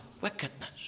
wickedness